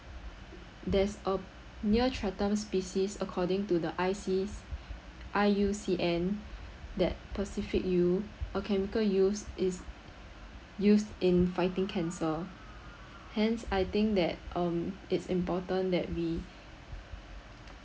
there's a near threatened species according to the ics~ I_U_C_N that pacific yield or chemical use is used in fighting cancer hence I think that um it's important that we